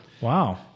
Wow